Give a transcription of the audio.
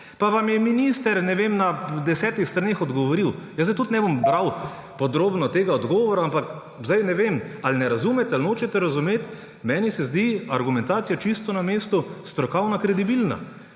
pa vam je minister, ne vem, na 10 straneh ogovoril. Jaz zdaj tudi ne bom bral podrobno tega odgovora, ampak ne vem, ali ne razumete ali nočete razumeti. Meni se zdi argumentacija čisto na mestu, strokovna, kredibilna.